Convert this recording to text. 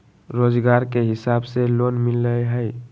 रोजगार के हिसाब से लोन मिलहई?